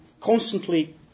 constantly